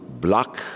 block